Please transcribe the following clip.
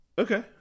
Okay